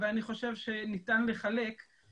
אבל אני חושב שניתן לחלק,